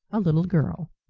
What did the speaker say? a little girl.